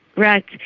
right,